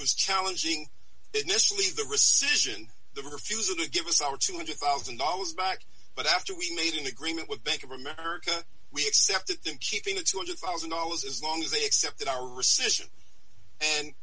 was challenging initially the rescission the refusal to give us our two hundred thousand dollars back but after we made an agreement with thank you remember we accepted thing keeping the two hundred thousand dollars as long as they accepted our rescission and